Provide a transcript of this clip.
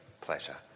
pleasure